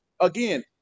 Again